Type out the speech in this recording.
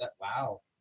Wow